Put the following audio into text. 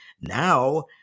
now